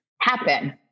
happen